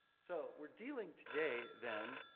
so, we're dealing today, then,